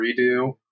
redo